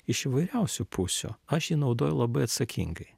iš įvairiausių pusių aš jį naudoju labai atsakingai